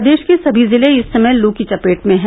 प्रदेष के सभी जिले इस समय लू के चपेट में हैं